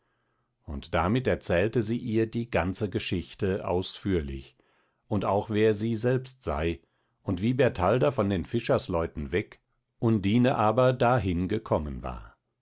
und damit erzählte sie ihr die ganze geschichte ausführlich und auch wer sie selbst sei und wie bertalda von den fischersleuten weg undine aber dahin gekommen war